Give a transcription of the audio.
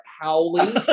howling